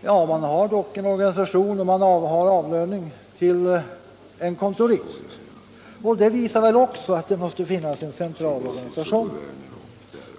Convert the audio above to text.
Ja, man har dock en organisation om man har avlöning till en kontorist. Även detta faktum visar väl att det måste finnas en central organisation.